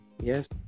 yes